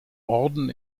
orden